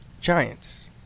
Giants